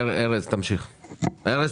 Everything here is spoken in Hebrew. אף אחד